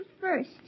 first